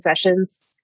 sessions